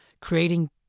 creating